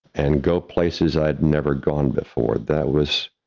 and go places i'd never gone before, that was